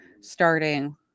starting